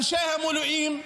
אנשי המילואים,